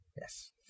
Yes